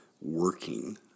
working